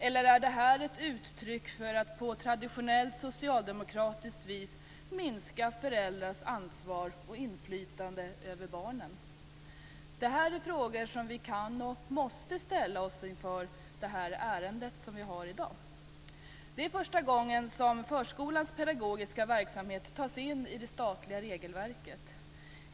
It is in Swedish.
Eller är det ett sätt att på traditionellt socialdemokratiskt vis minska föräldrars ansvar och inflytande över barnen? - Det här är frågor som vi kan och måste ställa oss inför det ärende vi skall diskutera i dag. Det är första gången som förskolans pedagogiska verksamhet tas in i det statliga regelverket.